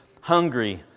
Hungry